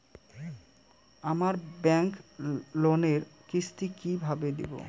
আমার ব্যাংক লোনের কিস্তি কি কিভাবে দেবো?